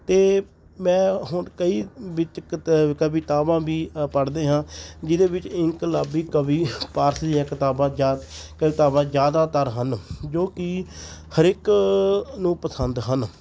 ਅਤੇ ਮੈਂ ਹੁਣ ਕਈ ਵਿੱਚ ਕਤ ਕਵਿਤਾਵਾਂ ਵੀ ਪੜ੍ਹਦੇ ਹਾਂ ਜਿਹਦੇ ਵਿੱਚ ਇਨਕਲਾਬੀ ਕਵੀ ਪਾਰਸ ਦੀਆਂ ਕਿਤਾਬਾਂ ਜਾਂ ਕਵਿਤਾਵਾਂ ਜ਼ਿਆਦਾਤਰ ਹਨ ਜੋ ਕਿ ਹਰ ਇੱਕ ਨੂੰ ਪਸੰਦ ਹਨ